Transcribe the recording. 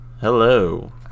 Hello